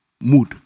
mood